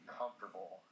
comfortable